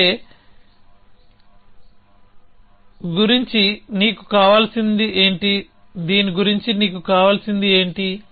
అంటే దీని గురించి నీకు కావాల్సింది ఏంటి